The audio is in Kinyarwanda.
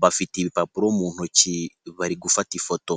bafite ibipapuro mu ntoki bari gufata ifoto.